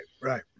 Right